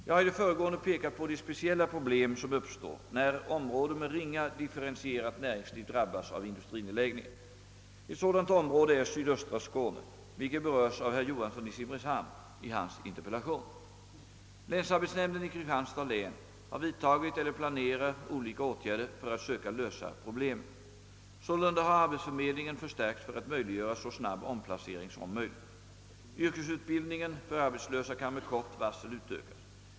Jag har i det föregående pekat på de speciella problem som uppstår när områden med ringa differentierat näringsliv drabbas av industrinedläggningar. Ett sådant område är sydöstra Skåne, Länsarbetsnämnden i Kristianstads län har vidtagit eller planerar olika åtgärder för att söka lösa problemet. Sålunda har arbetsförmedlingen förstärkts för att möjliggöra så snabb omplacering som möjligt. Yrkesutbildningen för arbetslösa kan med kort varsel utökas.